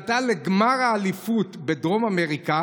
היא עלתה לגמר האליפות בדרום אמריקה